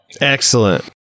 Excellent